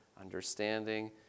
understanding